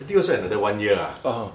I think also another one year ah